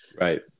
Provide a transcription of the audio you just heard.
right